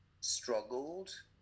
struggled